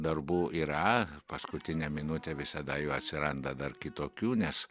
darbų yra paskutinę minutę visada jų atsiranda dar kitokių nes